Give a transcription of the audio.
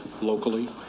locally